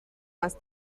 más